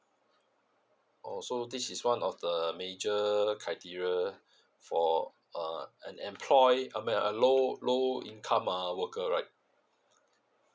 oo so this is one of the major criteria for uh unemployed I mean a low low income uh worker right